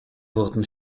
wurden